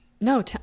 No